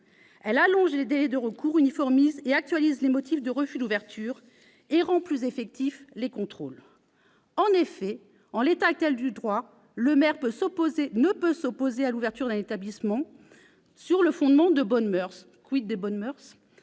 Elle allonge également les délais de recours, uniformise et actualise les motifs de refus d'ouverture et rend plus effectifs les contrôles. En effet, en l'état actuel du droit, le maire ne peut s'opposer à l'ouverture d'un établissement que sur le fondement des « bonnes moeurs »- des bonnes moeurs ?